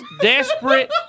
desperate